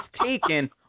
taken